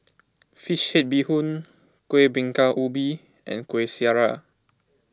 Fish Head Bee Hoon Kueh Bingka Ubi and Kueh Syara